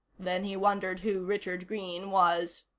then he wondered who richard greene was.